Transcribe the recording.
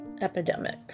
epidemic